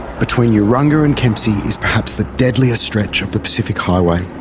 between urunga and kempsey is perhaps the deadliest stretch of the pacific highway.